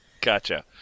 Gotcha